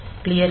clear A